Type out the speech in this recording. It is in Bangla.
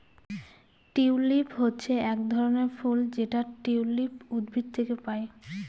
টিউলিপ হচ্ছে এক ধরনের ফুল যেটা টিউলিপ উদ্ভিদ থেকে পায়